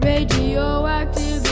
Radioactive